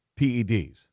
PEDs